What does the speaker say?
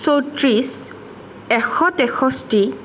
চৌত্ৰিছ এশ তেষষ্ঠি